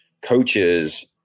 coaches